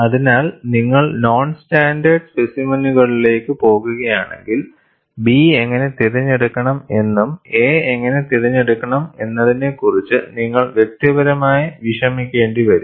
അതിനാൽ നിങ്ങൾ non standard സ്പെസിമെനുകളിലേക്ക് പോകുകയാണെങ്കിൽ b എങ്ങനെ തിരഞ്ഞെടുക്കണം എന്നും a എങ്ങനെ തിരഞ്ഞെടുക്കണം എന്നതിനെക്കുറിച്ച് നിങ്ങൾ വ്യക്തിപരമായി വിഷമിക്കേണ്ടിവരും